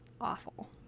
awful